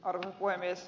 arvoisa puhemies